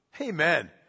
Amen